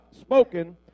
spoken